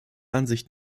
ansicht